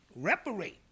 Reparate